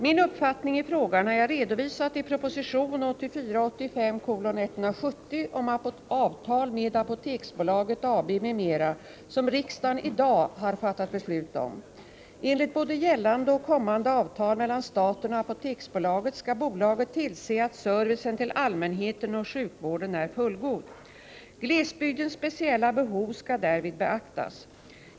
Min uppfattning i frågan har jag redovisat i proposition 1984/85:170 om avtal med Apoteksbolaget AB m.m. som riksdagen i dag har fattat beslut om. Enligt både gällande och kommande avtal mellan staten och Apoteksbolaget skall bolaget tillse att servicen till allmänheten och sjukvården är fullgod. Glesbygdens speciella behov skall därvid beaktas.